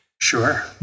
Sure